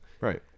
Right